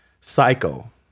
Psycho